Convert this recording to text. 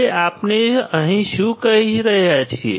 હવે આપણે અહીં શું કહી રહ્યા છીએ